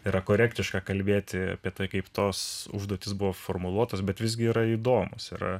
yra korektiška kalbėti apie tai kaip tos užduotys buvo formuluotos bet visgi yra įdomūs yra